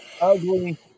ugly